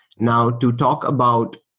now to talk about,